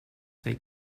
stay